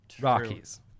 Rockies